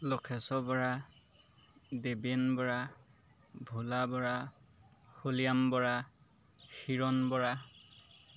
Lakheshwar Bora Deben Bora Bhola Bora Holiram Bora Hiran Bora